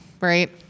right